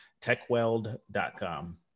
TechWeld.com